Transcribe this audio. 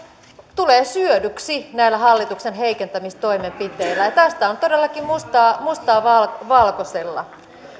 tulee syödyksi näillä hallituksen heikentämistoimenpiteillä tästä on todellakin mustaa mustaa valkoisella